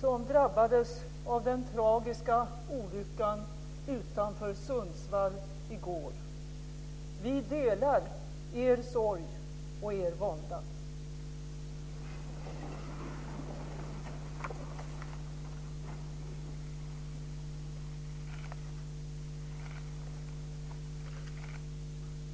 som drabbades av den tragiska olyckan utanför Sundsvall i går. Vi delar er sorg och er vånda.